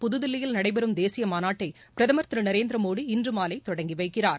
புதுதில்லியில் நடைபெறும் தேசிய மாநாட்டை பிரதமர் திரு நரேந்திர மோடி இன்று மாலை தொடங்கி வைக்கிறார்